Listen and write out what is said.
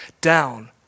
down